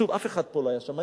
שוב, אף אחד פה לא היה שם.